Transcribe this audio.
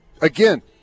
again